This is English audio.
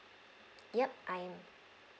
yup I am